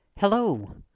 Hello